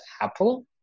Apple